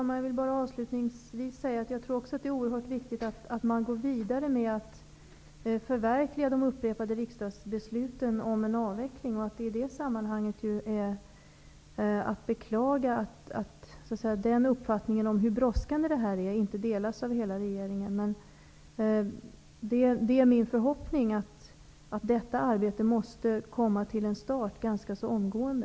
Herr talman! Avslutningsvis vill jag bara säga att jag tror också att det är oerhört viktigt att man går vidare med att förverkliga de upprepade riksdagsbesluten om en avveckling. I det sammanhanget är det att beklaga att uppfattningen om hur brådskande det här är inte delas av hela regeringen. Det är min förhoppning att detta arbete kommer till start ganska omgående.